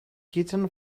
kitchen